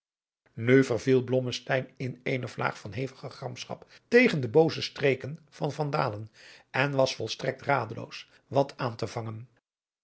nu verviel blommesteyn in eene vlaag van hevige gramschap tegen de booze streken van van dalen en was volstrekt radeloos wat aan te vangen